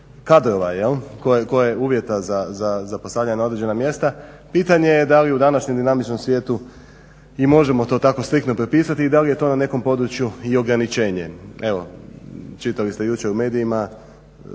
kadrova koje uvjeta za postavljanje na određena mjesta, pitanje je da li u današnjem dinamičnom svijetu i možemo to tako striktno prepisati i da li je na to na nekom području i ograničenje. Evo čitali ste jučer u medijima